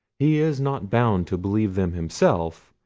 he is not bound to believe them himself,